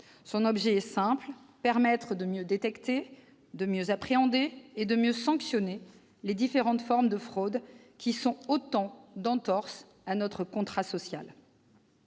Son objet est simple : permettre de mieux détecter, de mieux appréhender et de mieux sanctionner les différentes formes de fraude, qui sont autant d'entorses à notre contrat social.